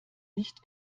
nicht